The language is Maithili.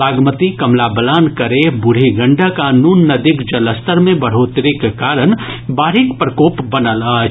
बागमती कमला बलान करेह बूढ़ी गंडक आ नून नदीक जलस्तर मे बढ़ोतरीक कारण बाढ़िक प्रकोप बनल अछि